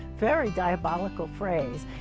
very diabolical phrase.